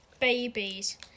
Babies